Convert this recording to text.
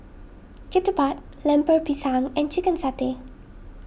Ketupat Lemper Pisang and Chicken Satay